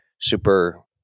super